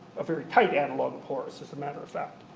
a very tight analogue of horus, as a matter of fact.